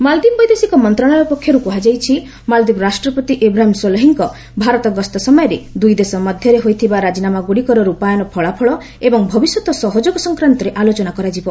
ମାଳଦୀପ ବୈଦେଶିକ ମନ୍ତ୍ରଣାଳୟ ପକ୍ଷର୍ କୃହାଯାଇଛି ମାଳଦୀପ ରାଷ୍ଟ୍ରପତି ଇବ୍ରାହିମ ସୋଲ୍ହୀଙ୍କ ଭାରତ ଗସ୍ତ ସମୟରେ ଦୁଇ ଦେଶ ମଧ୍ୟରେ ହୋଇଥିବା ରାଜିନାମାଗୁଡ଼ିକର ରୂପାୟନ ଫଳାଫଳ ଏବଂ ଭବିଷ୍ୟତ ସହଯୋଗ ସଂକ୍ରାନ୍ତରେ ଆଲୋଚନା କରାଯିବ